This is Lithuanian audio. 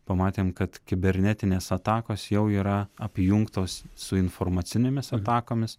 pamatėm kad kibernetinės atakos jau yra apjungtos su informacinėmis atakomis